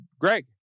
Greg